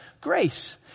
grace